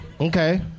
Okay